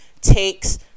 takes